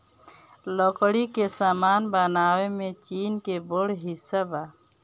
लकड़ी के सामान बनावे में चीन के बड़ हिस्सा बा